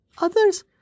Others